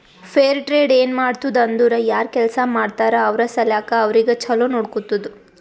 fair trade ಏನ್ ಮಾಡ್ತುದ್ ಅಂದುರ್ ಯಾರ್ ಕೆಲ್ಸಾ ಮಾಡ್ತಾರ ಅವ್ರ ಸಲ್ಯಾಕ್ ಅವ್ರಿಗ ಛಲೋ ನೊಡ್ಕೊತ್ತುದ್